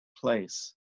place